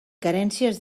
carències